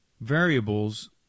variables